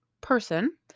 person